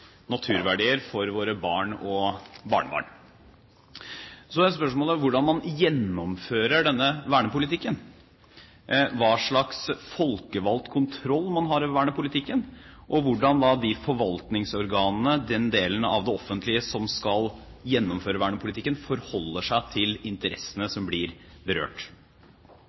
naturverdier for våre barn og barnebarn. Så er spørsmålet hvordan man gjennomfører denne vernepolitikken, hva slags folkevalgt kontroll man har i vernepolitikken, og hvordan de forvaltningsorganene, den delen av det offentlige som skal gjennomføre vernepolitikken, forholder seg til interessene som blir berørt.